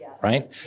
right